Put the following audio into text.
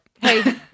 hey